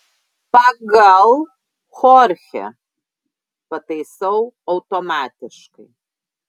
pagal chorchę pataisau automatiškai